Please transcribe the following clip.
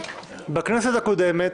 בכנסת הקודמת